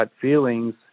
feelings